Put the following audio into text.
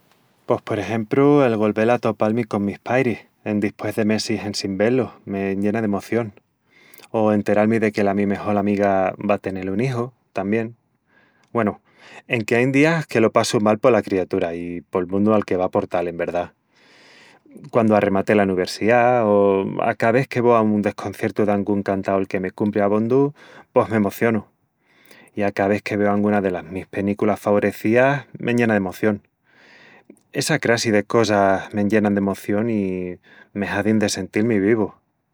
Pos por exempru... el golvel a atopal-mi con mis pairis... endispués de mesis en sin vé-lus m'enllena d'emoción. O enteral-mi de que la mi mejol amiga va a tenel un iju, tamién... Güenu, enque ain días que lo passu mal pola criatura i pol mundu al que va a portal, en verdá... Quandu arrematé la nuversiá o a ca ves que vo a un desconciertu d'angun cantaol que me cumpri abondu.., pos m'emocionu. I a ca ves que veu anguna delas mis penículas favorecías, m'enllena de emoción. Essa crassi de cosas m'enllenan de emoción i me hazin de sentil-mi vivu.